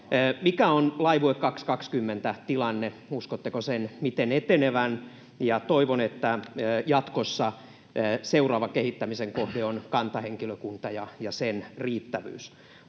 Mikä on Laivue 2020:n tilanne? Miten uskotte sen etenevän? Ja toivon, että jatkossa seuraava kehittämisen kohde on kantahenkilökunta ja sen riittävyys.